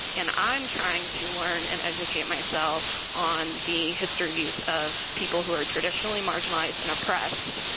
and i'm trying to learn and educate myself on the histories of people who are traditionally marginalized and oppressed.